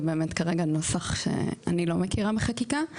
זה באמת כרגע נוסח שאני לא מכירה בחקיקה.